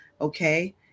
okay